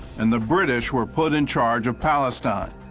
and the british were put in charge of palestine.